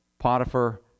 Potiphar